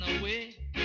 away